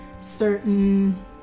certain